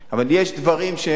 אבל יש דברים שהם